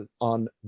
on